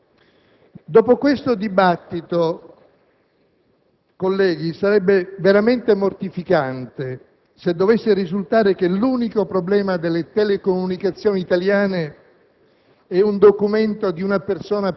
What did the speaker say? Vorrei tentare di riportare l'attenzione del Parlamento sui principali nodi istituzionali e di politica industriale che l'affare Telecom ha fatto venire alla luce.